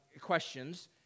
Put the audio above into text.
questions